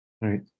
Right